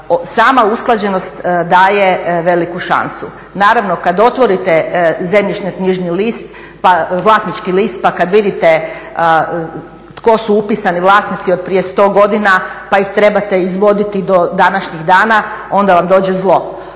Sama usklađenost daje veliku šansu. Naravno, kad otvorite zemljišno-knjižni list, vlasnički list pa kad vidite tko su upisani vlasnici od prije 100 godina pa ih trebate izvoditi do današnjih dana, onda vam dođe zlo.